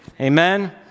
Amen